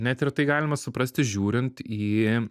net ir tai galima suprasti žiūrint į